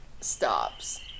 stops